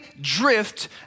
drift